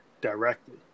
directly